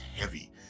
heavy